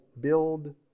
build